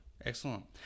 Excellent